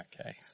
Okay